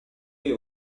you